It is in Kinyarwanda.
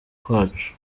kwacu